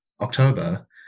October